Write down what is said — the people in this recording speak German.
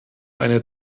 eine